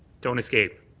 don't escape.